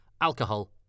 alcohol